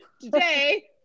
today